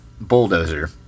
Bulldozer